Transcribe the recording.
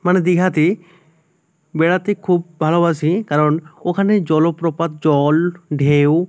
মানে দীঘাতে বেড়াতে খুব ভালোবাসি কারণ ওখানে জলপ্রপাত জল ঢেউ